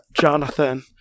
Jonathan